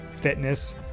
fitness